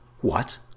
What